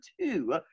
two